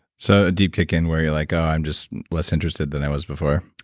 so, a deep kick in where you're like, oh, i'm just less interested than i was before.